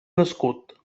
nascut